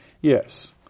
Yes